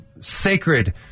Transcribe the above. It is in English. sacred